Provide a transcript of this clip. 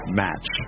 match